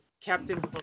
captain